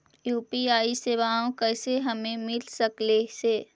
UPI सेवाएं कैसे हमें मिल सकले से?